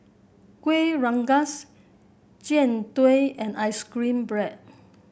Kueh Rengas Jian Dui and ice cream bread